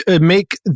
make